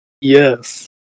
Yes